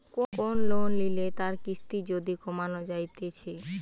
কোন লোন লিলে তার কিস্তি যদি কমানো যাইতেছে